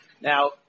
Now